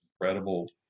incredible